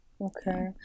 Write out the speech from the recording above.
okay